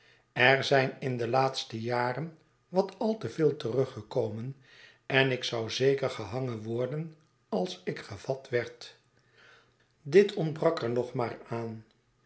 er zijn in de laatste jaren wat al te veel teruggekomen en ik zou zeker gehangen worden als ik gevat werd dit ontbrak er nog maar aan